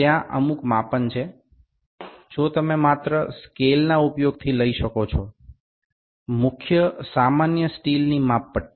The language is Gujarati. ત્યાં અમુક માપન છે જે તમે માત્ર સ્કેલના ઉપયોગથી લઇ શકો છો મુખ્ય સામાન્ય સ્ટીલની માપપટ્ટી